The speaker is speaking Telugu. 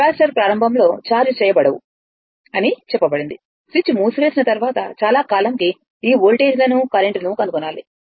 కెపాసిటర్లు ప్రారంభంలో ఛార్జ్ చేయబడవు అని చెప్పబడింది స్విచ్ మూసివేసిన తర్వాత చాలా కాలంకి ఈ వోల్టేజ్లను కరెంట్ను కనుగొనాలి